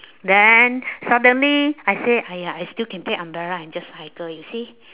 then suddenly I say !aiya! I still can take umbrella and just cycle you see